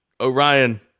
Orion